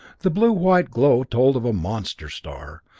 the blue-white glow told of a monster star,